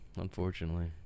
unfortunately